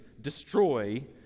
destroy